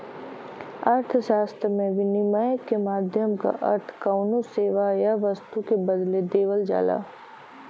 अर्थशास्त्र में, विनिमय क माध्यम क अर्थ कउनो सेवा या वस्तु के बदले देवल जाला